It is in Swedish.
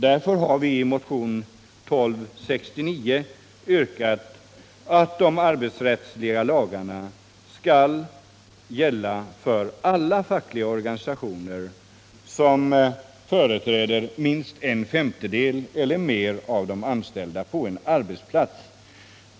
Därför har vi i motionen 1269 yrkat att de arbetsrättsliga lagarna skall gälla för alla fackliga organisationer som företräder minst en femtedel eller fler av de anställda på en arbetsplats.